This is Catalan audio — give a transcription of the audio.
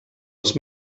els